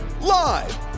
Live